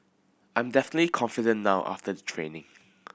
I'm definitely confident now after the training